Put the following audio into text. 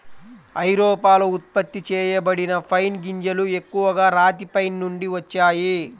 ఐరోపాలో ఉత్పత్తి చేయబడిన పైన్ గింజలు ఎక్కువగా రాతి పైన్ నుండి వచ్చాయి